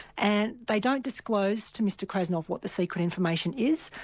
and they don't disclose to mr krasnov what the secret information is,